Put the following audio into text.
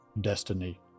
destiny